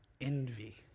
envy